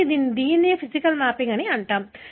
కాబట్టి దీనిని physical mapping అంటారు